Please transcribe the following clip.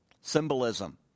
symbolism